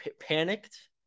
panicked